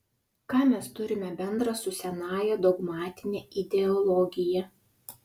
ką mes turime bendra su senąja dogmatine ideologija